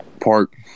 park